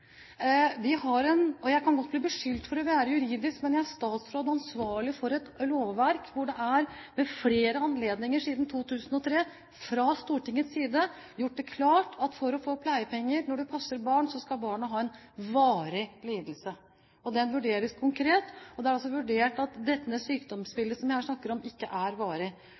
Jeg kan godt bli beskyldt for å være juridisk, men jeg er statsråd og ansvarlig for et lovverk hvor det – ved flere anledninger siden 2002 – fra Stortingets side er gjort klart at for å få pleiepenger når du passer barn, skal barnet ha en varig lidelse. Den vurderes konkret, og da er det altså vurdert at dette sykdomsbildet som jeg her snakker om, ikke er varig,